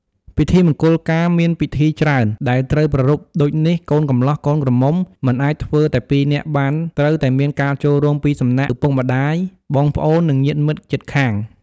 ពិធីមង្គលការមានពិធីច្រើនដែលត្រូវប្រារព្ធដូចនេះកូនកម្លោះកូនក្រមុំមិនអាចធ្វើតែពីរនាក់បានត្រូវតែមានការចូលរួមពីសំណាក់ឪពុកម្តាយ បងប្អូន និងញាតិមិត្តជិតខាង។